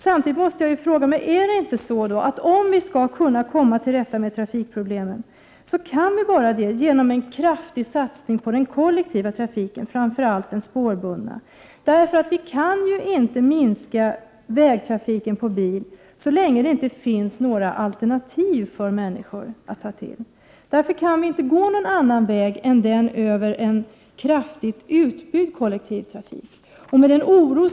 Samtidigt måste jag fråga: Är det ändå inte så att om vi skall kunna komma till rätta med trafikproblemen, kan vi bara göra det genom en kraftig satsning på kollektivtrafiken, framför allt spårbunden trafik? Vi kan inte minska vägtrafiken med bilar så länge det inte finns några alternativ. Därför kan vi inte välja någon annan lösning än en kraftigt utbyggd kollektivtrafik.